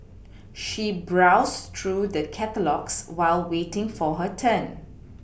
she browsed through the catalogues while waiting for her turn